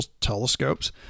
telescopes